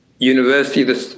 University